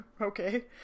Okay